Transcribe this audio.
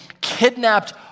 kidnapped